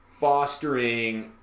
fostering